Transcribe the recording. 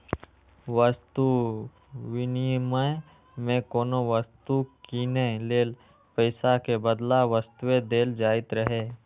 वस्तु विनिमय मे कोनो वस्तु कीनै लेल पैसा के बदला वस्तुए देल जाइत रहै